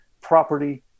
property